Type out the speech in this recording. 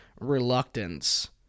reluctance